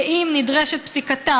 שאם נדרשת פסיקתא,